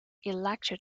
elected